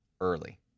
early